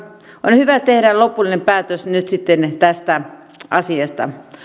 on hyvä tehdä lopullinen päätös nyt sitten tästä asiasta